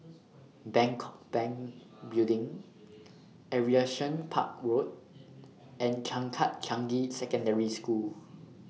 Bangkok Bank Building Aviation Park Road and Changkat Changi Secondary School